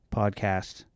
podcast